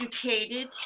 educated